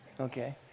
Okay